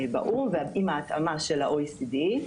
באו"ם, ועל פי ההתאמה של ה-OECD.